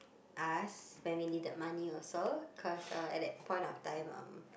us when we needed money also cause uh at that point of time um